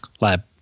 lab